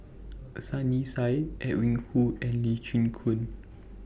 Sunny Sia Edwin Koo and Lee Chin Koon